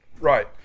Right